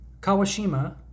Kawashima